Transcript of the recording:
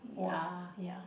was ya